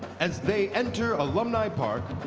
as they enter alumni park,